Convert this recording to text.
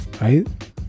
Right